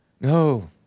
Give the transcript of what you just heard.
no